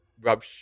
rub